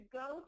go